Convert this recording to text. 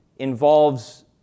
involves